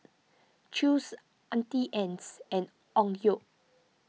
Chew's Auntie Anne's and Onkyo